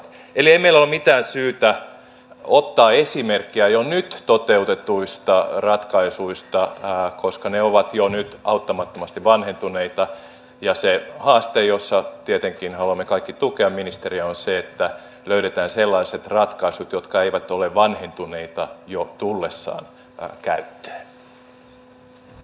ei meillä ole mitään syytä ottaa esimerkkiä jo nyt toteutetuista ratkaisuista koska ne ovat jo nyt auttamattomasti vanhentuneita ja se haaste jossa tietenkin haluamme kaikki tukea ministeriä on se että löydetään sellaiset ratkaisut jotka eivät ole vanhentuneita jo tullessaan käyttöön